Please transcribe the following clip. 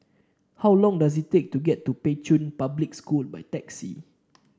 how long does it take to get to Pei Chun Public School by taxi